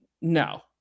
no